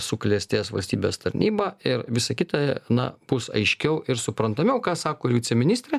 suklestės valstybės tarnyba ir visa kita na bus aiškiau ir suprantamiau ką sako ir viceministrė